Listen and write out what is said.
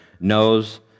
knows